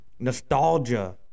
Nostalgia